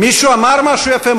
מישהו אמר משהו יפה,